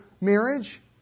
marriage